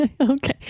okay